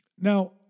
now